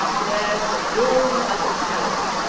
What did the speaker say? yes it rules me like a tyrant,